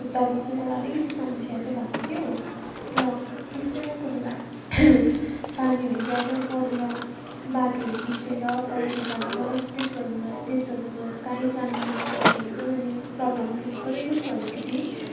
तब चाहिँ मलाई अलिकति समस्या चाहिँ भएको थियो र त्यस्तै हो कोही बेला पानीहरू ज्यादा परेर बाटोहरू बिग्रेर पैह्रोहरू आएर त्यस्तोहरू त्यस्तोहरूमा कहीँ जानु नपउँदाखेरि चाहिँ मैले प्रोब्लम फेस गरेको छु अलिकति